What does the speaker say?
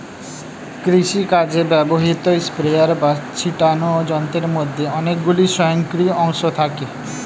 কৃষিকাজে ব্যবহৃত স্প্রেয়ার বা ছিটোনো যন্ত্রের মধ্যে অনেকগুলি স্বয়ংক্রিয় অংশ থাকে